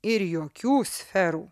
ir jokių sferų